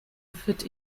fit